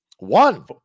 One